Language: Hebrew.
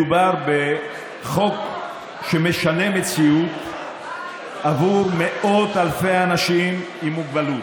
מדובר בחוק שמשנה מציאות עבור מאות אלפי אנשים עם מוגבלות.